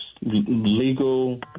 Legal